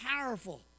powerful